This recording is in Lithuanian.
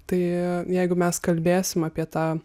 tai jeigu mes kalbėsim apie tą